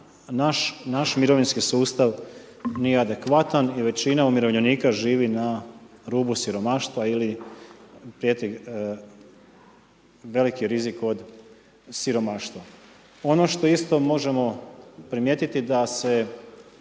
naš mirovinski sustav nije adekvatan i većina umirovljenika živi na rubu siromaštva ili prijeti veliki rizik od siromaštva. Ono što isto možemo primijetiti da se